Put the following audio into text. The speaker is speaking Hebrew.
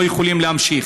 לא יכולים להמשיך.